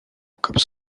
comme